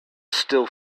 still